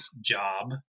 job